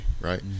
right